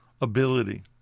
ability